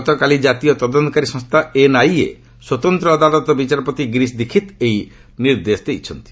ଗତକାଲି ଜାତୀୟ ତଦନ୍ତକାରୀ ସଂସ୍ଥା ଏନଆଇଏସ୍ୱତନ୍ତ୍ର ଅଦାଲତର ବିଚାରପତି ଗିରିଶ ଦୀକ୍ଷିତ ଏହି ନିର୍ଦ୍ଦେଶ ଦେଇଛନ୍ତି